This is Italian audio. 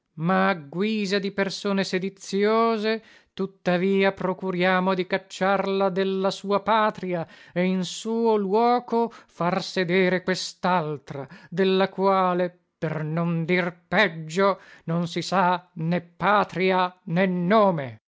ma a guisa di persone sediziose tuttavia procuriamo di cacciarla della sua patria e in suo luoco far sedere questaltra della quale per non dir peggio non si sa né patria né nome